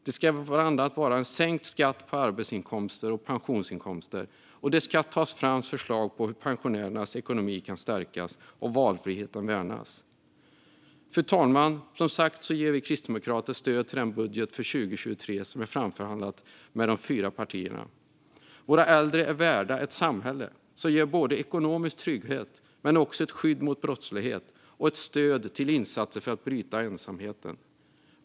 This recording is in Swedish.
Det handlar bland annat om sänkt skatt på arbetsinkomster och pensionsinkomster, och det ska tas fram förslag på hur pensionärernas ekonomi kan stärkas och valfriheten värnas. Fru talman! Kristdemokraterna ger som sagt stöd till den budget för 2023 som är framförhandlad mellan de fyra partierna. Våra äldre är värda ett samhälle som ger såväl ekonomisk trygghet och ett skydd mot brottslighet som stöd till insatser för att bryta ensamheten.